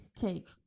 cake